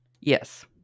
Yes